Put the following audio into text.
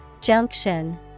Junction